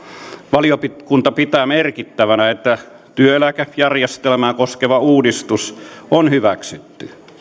valiokunta pitää merkittävänä että työeläkejärjestelmää koskeva uudistus on hyväksytty